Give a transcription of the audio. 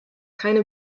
keine